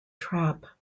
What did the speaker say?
trap